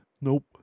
Nope